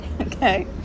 okay